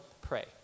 pray